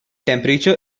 temperature